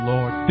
Lord